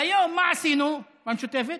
והיום מה עשינו במשותפת?